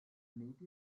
native